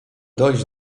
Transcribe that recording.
dojść